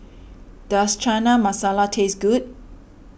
does Chana Masala taste good